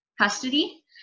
custody